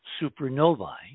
supernovae